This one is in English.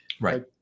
Right